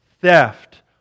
theft